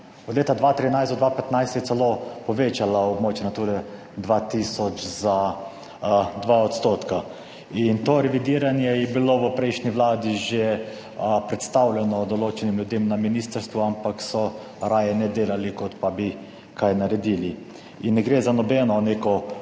Od leta 2013 do 2015 se je celo povečala območje Nature 2000 za 2 % in to revidiranje je bilo v prejšnji Vladi že predstavljeno določenim ljudem na ministrstvu, ampak so raje ne delali, kot pa bi kaj naredili in ne gre za nobeno neko